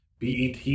bet